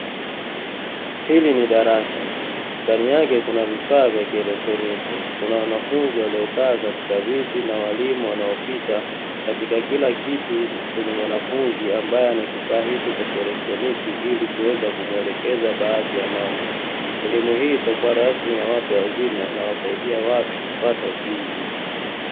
Hili ni darasa ndani yake kuna vifaa vya kieletroniki, kuna wanafunzi waliokaa katika viti na walimu wanaopita katika kila kiti chenye mwanafunzi ambaye anakifaa hicho cha kieletroniki ili kuweza kumuelekeza baadhi ya mambo, elimu hii isiyokuwa rasmi ya watu wazima inawasaidia watu kupata ujuzi.